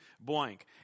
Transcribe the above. blank